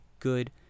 good